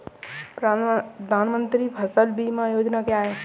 प्रधानमंत्री फसल बीमा योजना क्या है?